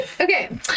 Okay